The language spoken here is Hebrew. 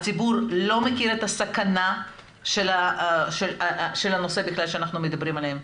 הציבור לא מכיר את הסכנה של הנושא בכלל שאנחנו מדברים עליו.